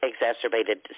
exacerbated